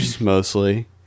mostly